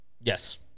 Yes